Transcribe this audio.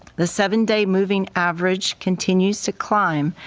the seven day moving average continues to climb.